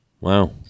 Wow